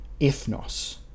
Ethnos